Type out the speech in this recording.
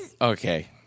Okay